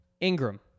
Ingram